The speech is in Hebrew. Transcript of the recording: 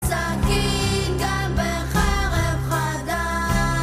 סכין, גם בחרב חדה